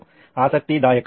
ಆಸಕ್ತಿದಾಯಕ ಸರಿ